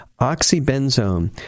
Oxybenzone